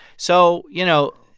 so, you know,